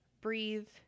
breathe